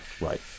right